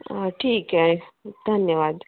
ठीक आहे धन्यवाद